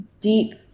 deep